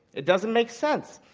it doesn't make sense.